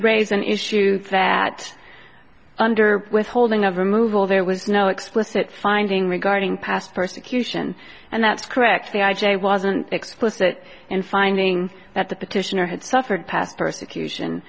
raise an issue that under withholding of removal there was no explicit finding regarding past persecution and that's correct the i j a wasn't explicit in finding that the petitioner had suffered past persecution